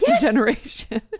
generation